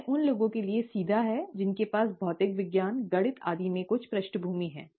यह उन लोगों के लिए सीधा है जिनके पास भौतिक विज्ञान गणित आदि में कुछ पृष्ठभूमि है